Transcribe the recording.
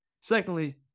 Secondly